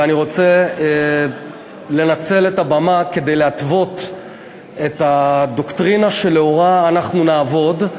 ואני רוצה לנצל את הבמה כדי להתוות את הדוקטרינה שלאורה אנחנו נעבוד.